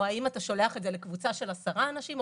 או אם אתה שולח את זה לקבוצה של עשרה אנשים,